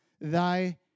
thy